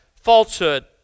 falsehood